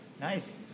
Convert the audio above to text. Nice